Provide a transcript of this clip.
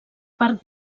part